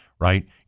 right